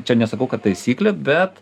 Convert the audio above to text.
čia nesakau kad taisyklė bet